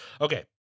okay